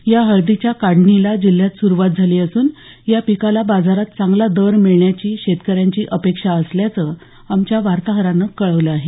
या हळदीच्या काढणीला जिल्ह्यात सुरुवात झाली असून या पिकाला बाजारात चांगला दर मिळण्याची शेतक यांची अपेक्षा असल्याचं आमच्या वार्ताहरानं कळवलं आहे